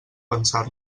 pensar